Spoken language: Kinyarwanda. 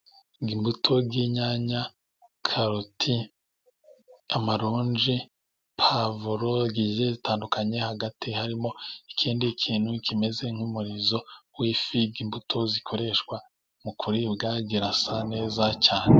Imbuto y'inyanya, karoti, amaronji, puwavuro zigiye zitandukanye, hagati harimo ikindi kintu kimeze nk'umurizo w'ifi, imbuto zikoreshwa mu kuribwa zirasa neza cyane.